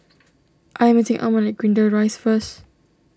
I am meeting Almon at Greendale Rise first